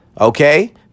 Okay